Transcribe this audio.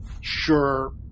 Sure